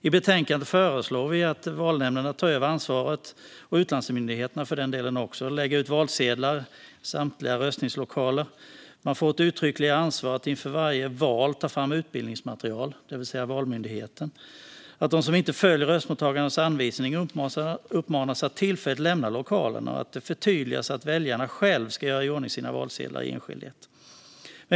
I betänkandet föreslår vi att valnämnderna och utlandsmyndigheterna tar över ansvaret för att lägga ut valsedlar i samtliga röstningslokaler. Valmyndigheten bör få ett uttryckligt ansvar att inför varje val ta fram utbildningsmaterial. De som inte följer röstmottagarnas anvisningar bör uppmanas att tillfälligt lämna lokalerna, och det bör förtydligas att väljarna själva ska göra i ordning sina valsedlar i enskildhet.